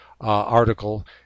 article